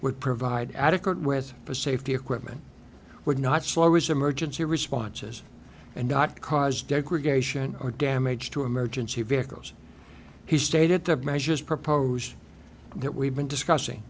would provide adequate with the safety equipment would not slow as emergency responses and not cause degradation or damage to emergency vehicles he stated the measures proposed that we've been discussing